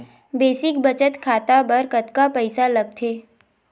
Basic बचत खाता बर कतका पईसा लगथे?